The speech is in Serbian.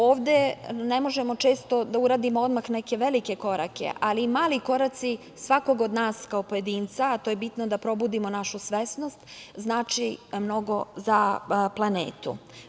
Ovde ne možemo često da uradimo odmah neke velike korake, ali mali koraci svakog od nas kao pojedinca, a to je bitno, da probudimo našu svesnost znači mnogo za planetu.